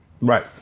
Right